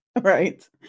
Right